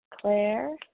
Claire